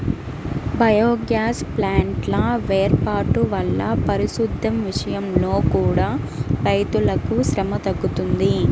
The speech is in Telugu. బయోగ్యాస్ ప్లాంట్ల వేర్పాటు వల్ల పారిశుద్దెం విషయంలో కూడా రైతులకు శ్రమ తగ్గుతుంది